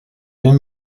rien